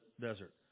desert